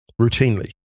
routinely